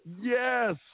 yes